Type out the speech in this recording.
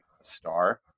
star